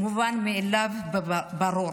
הן מובנות מאליהן וברורות.